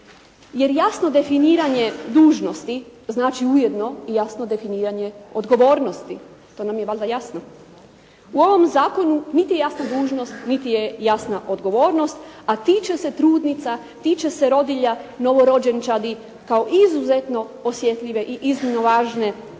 Jer jasno definiranje dužnosti znači ujedno i jasno definiranje odgovornosti, to nam je valjda jasno. U ovom zakonu niti jasna dužnost, niti je jasna odgovornost, a tiče se trudnica, tiče se rodilja, novorođenčadi kao izuzetno osjetljive i iznimno važne skupine